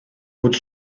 bod